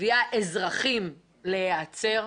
מביאה אזרחים להיעצר.